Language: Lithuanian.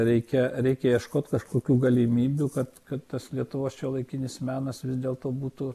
reikia reikia ieškot kažkokių galimybių kad kad tas lietuvos šiuolaikinis menas vis dėlto būtų